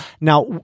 Now